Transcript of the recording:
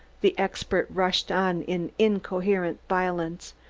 the expert rushed on in incoherent violence.